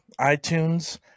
iTunes